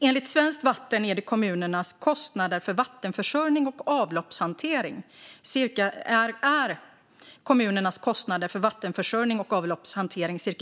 Enligt Svenskt Vatten är kommunernas kostnader för vattenförsörjning och avloppshantering cirka